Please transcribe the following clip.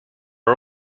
are